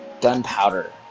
gunpowder